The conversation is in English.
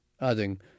adding